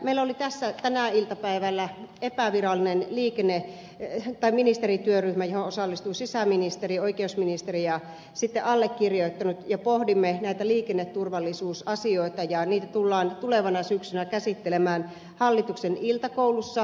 meillä oli tässä tänään iltapäivällä epävirallinen ministerityöryhmä johon osallistuivat sisäministeri oikeusministeri ja sitten allekirjoittanut ja pohdimme näitä liikenneturvallisuusasioita ja niitä tullaan tulevana syksynä käsittelemään hallituksen iltakoulussa